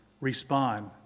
respond